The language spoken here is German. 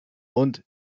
und